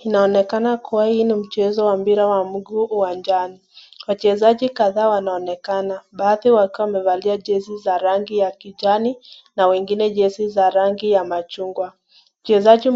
Inaonekana kuwa hii ni mchezo wa mpira wa mguu uwanjani. Wachezaji kadha wanaonekana baadhi wakiwa wamevalia jezi ya rangi ya kijani na wengine jezi ya rangi ya machungwa mchezaji